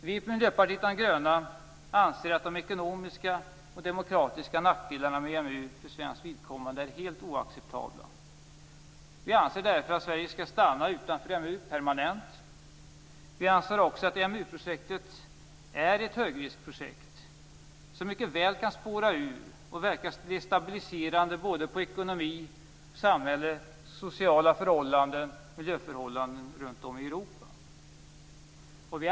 Vi i Miljöpartiet de gröna anser att de ekonomiska och demokratiska nackdelarna med EMU för svenskt vidkommande är helt oacceptabla. Vi anser därför att Sverige bör stanna utanför EMU permanent. EMU projektet är ett högriskprojekt som mycket väl kan spåra ur och verka destabiliserande på ekonomi, samhälle, sociala förhållanden och på miljön runt om i Europa.